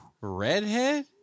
redhead